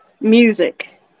Music